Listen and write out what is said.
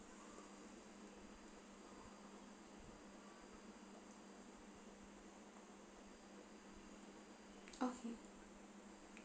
okay